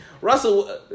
Russell